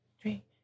three